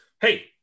Hey